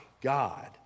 God